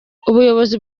ubuyobozi